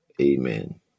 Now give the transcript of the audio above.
Amen